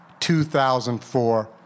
2004